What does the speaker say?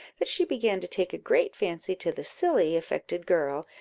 that she began to take a great fancy to the silly affected girl,